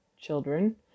children